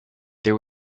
there